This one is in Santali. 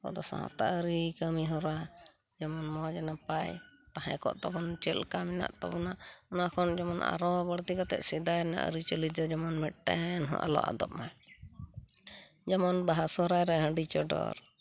ᱟᱵᱚᱫᱚ ᱥᱟᱶᱛᱟ ᱟᱹᱨᱤ ᱠᱟᱹᱢᱤ ᱦᱚᱨᱟ ᱡᱮᱢᱚᱱ ᱢᱚᱸᱡᱽ ᱱᱟᱯᱟᱭ ᱛᱟᱦᱮᱸ ᱠᱚᱜ ᱛᱟᱵᱚᱱ ᱪᱮᱫ ᱞᱮᱠᱟ ᱢᱮᱱᱟᱜ ᱛᱟᱵᱚᱱᱟ ᱚᱱᱟ ᱠᱷᱚᱱ ᱡᱮᱢᱚᱱ ᱟᱨᱚ ᱵᱟᱹᱲᱛᱤ ᱠᱟᱛᱮᱫ ᱥᱮᱫᱟᱭ ᱨᱮᱱᱟᱜ ᱟᱹᱨᱤᱪᱟᱹᱞᱤ ᱫᱚ ᱡᱮᱢᱚᱱ ᱢᱤᱫᱴᱮᱱ ᱦᱚᱸ ᱟᱞᱚ ᱟᱫᱚᱜ ᱢᱟ ᱡᱮᱢᱚᱱ ᱵᱟᱦᱟ ᱥᱚᱦᱚᱨᱟᱭ ᱨᱮ ᱦᱟᱺᱰᱤ ᱪᱚᱰᱚᱨ